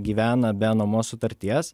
gyvena be nuomos sutarties